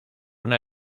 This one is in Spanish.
una